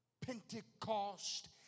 Pentecost